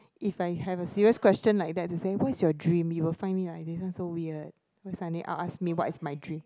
if I have a serious question like that Singapore is your dream you will find me like this this one so weird why suddenly oh ask me what is my dream